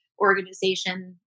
organization